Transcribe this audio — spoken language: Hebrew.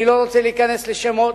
אני לא רוצה להיכנס לשמות,